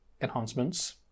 enhancements